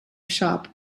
shop